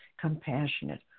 compassionate